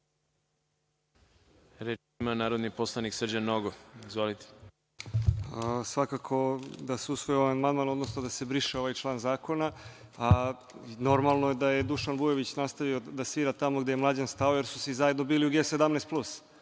Reč ima narodni poslanik Srđan Nogo. Izvolite. **Srđan Nogo** Svakako da se usvoji ovaj amandman, odnosno da se briše ovaj član zakona. Normalno je da je Dušan Vujović nastavio da svira tamo gde je Mlađan Dinkić stao, jer su svi zajedno bili u G17plus.